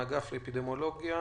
מהאגף לאפידמיולוגיה,